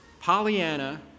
Pollyanna